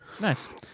Nice